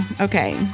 okay